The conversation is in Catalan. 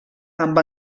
amb